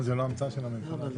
מה, זו לא המצאה של הממשלה הזאת?